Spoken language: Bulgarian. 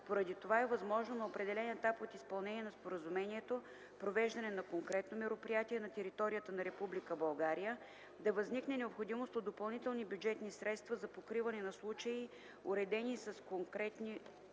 Поради това е възможно на определен етап от изпълнение на споразумението – провеждане на конкретно мероприятие на територията на Република България, да възникне необходимост от допълнителни бюджетни средства за покриване на случаи, уредени конкретно